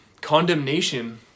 Condemnation